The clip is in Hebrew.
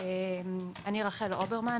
אני רחל אוברמן,